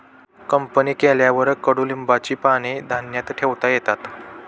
company केल्यावर कडुलिंबाची पाने धान्यात ठेवता येतात